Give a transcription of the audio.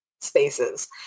spaces